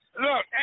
Look